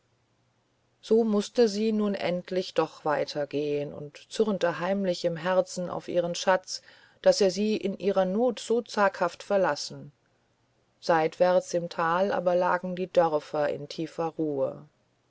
so mußte sie nun endlich doch weitergehen und zürnte heimlich im herzen auf ihren schatz daß er sie in ihrer not so zaghaft verlassen seitwärts im tal aber lagen die dörfer in tiefer ruh